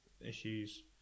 issues